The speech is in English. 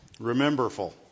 rememberful